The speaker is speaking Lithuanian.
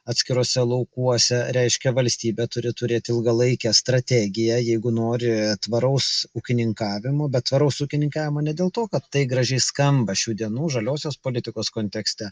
atskiruose laukuose reiškia valstybė turi turėti ilgalaikę strategiją jeigu nori tvaraus ūkininkavimo bet tvaraus ūkininkavimo ne dėl to kad tai gražiai skamba šių dienų žaliosios politikos kontekste